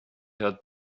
had